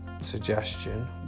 suggestion